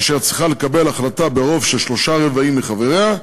אשר צריכה לקבל החלטה ברוב של שלושה-רבעים מחבריה,